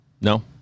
No